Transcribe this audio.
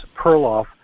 Perloff